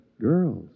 Girls